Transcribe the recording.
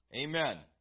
Amen